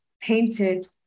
painted